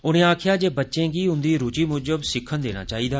उनें आक्खेआ जे बच्चें गी उंदी रूचि मूजब सिक्खन देना चाईदा